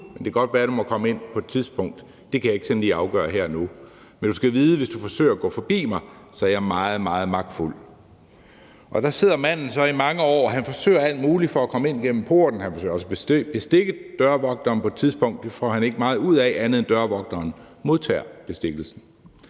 nu. Det kan godt være, du må komme ind på et tidspunkt; det kan jeg ikke sådan lige afgøre her og nu. Men du skal vide, at hvis du forsøger at gå forbi mig, er jeg meget, meget magtfuld. Der sidder manden så i mange år, og han forsøger alt muligt for at komme ind igennem porten. Han forsøger også på et tidspunkt at bestikke dørvogteren. Det får han ikke meget ud af, andet end at dørvogteren modtager bestikkelsen.